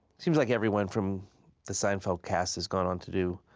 seems like everyone from the seinfeld cast has gone on to do,